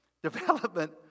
Development